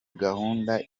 gahunda